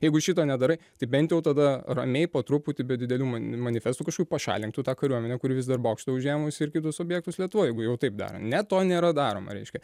jeigu šito nedarai tai bent jau tada ramiai po truputį be didelių mani manifestų kažkokių pašalink tu tą kariuomenę kuri vis dar bokštą užėmusi ir kitus objektus lietuvoj jeigu jau taip darė ne to nėra daroma reiškia